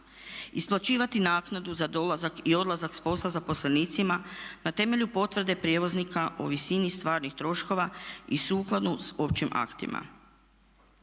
Isplaćivati naknadu za dolazak i odlazak s posla zaposlenicima na temelju potvrde prijevoznika o visini stvarnih troškova i sukladnu općim aktima.